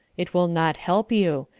it will not help you.